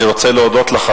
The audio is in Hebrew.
אני רוצה להודות לך,